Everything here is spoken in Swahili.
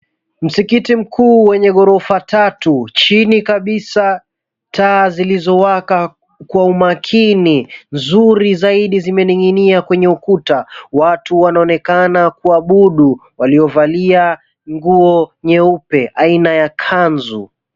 Msikiti mkuu wenye ghorofa tatu, chini kabisa taa zilizowaka kwa umakini, nzuri zaidi zimening'inia kwenye ukuta. Watu wanaonekana kuabudu, waliovalia nguo nyeupe aina ya kanzu.